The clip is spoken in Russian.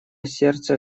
сердце